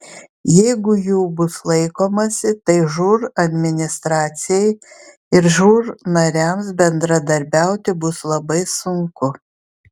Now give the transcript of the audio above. jeigu jų bus laikomasi tai žūr administracijai ir žūr nariams bendradarbiauti bus labai sunku